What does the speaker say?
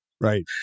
Right